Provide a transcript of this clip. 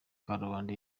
karubanda